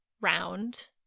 round